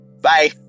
Bye